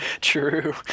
true